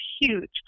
huge